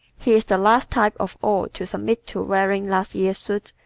he is the last type of all to submit to wearing last year's suit,